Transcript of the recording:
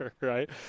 Right